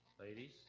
Ladies